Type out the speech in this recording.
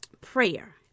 prayer